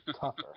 tougher